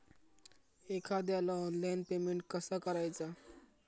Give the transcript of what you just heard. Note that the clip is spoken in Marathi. एखाद्याला ऑनलाइन पेमेंट कसा करायचा?